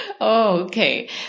Okay